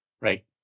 Right